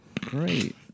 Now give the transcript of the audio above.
Great